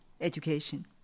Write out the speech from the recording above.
Education